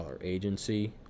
agency